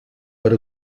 per